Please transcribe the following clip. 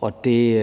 Og det